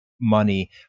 money